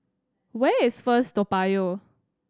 where is First Toa Payoh